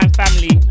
family